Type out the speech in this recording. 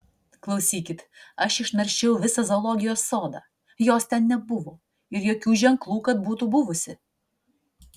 klausykit aš išnaršiau visą zoologijos sodą jos ten nebuvo ir jokių ženklų kad būtų buvusi